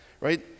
right